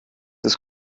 des